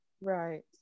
Right